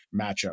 matchup